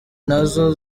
nazo